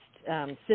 system